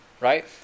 right